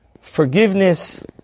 forgiveness